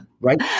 Right